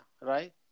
right